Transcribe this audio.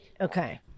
Okay